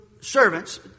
servants